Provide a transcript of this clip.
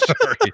Sorry